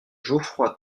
geoffroy